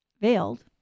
veiled